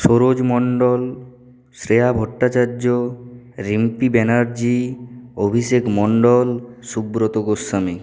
Saroj Mondal Shreya Bhattacharya Rimpi Banerjee Abhishek Mondal Subrata Goswami